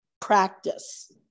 practice